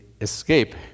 escape